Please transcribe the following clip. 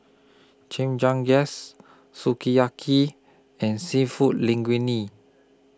Chimichangas Sukiyaki and Seafood Linguine